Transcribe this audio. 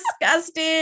disgusting